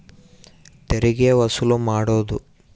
ತೆರಿಗೆ ವಸೂಲು ಮಾಡೋದು